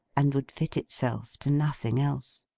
and would fit itself to nothing else.